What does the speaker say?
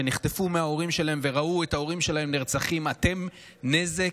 שנחטפו מההורים שלהן וראו את ההורים שלהן נרצחים: אתן נזק,